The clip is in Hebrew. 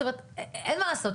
אין מה לעשות,